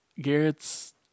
Garrett's